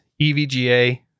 EVGA